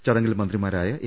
ചടങ്ങിൽ മന്ത്രിമാരായ എ